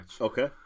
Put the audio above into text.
Okay